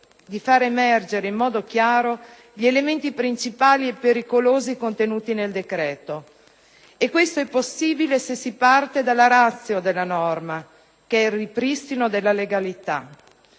di far emergere in modo chiaro gli elementi principali e pericolosi contenuti nel decreto. Questo è possibile se si parte dalla *ratio* della norma: il ripristino della legalità.